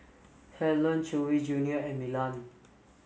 Helen Chewy junior and Milan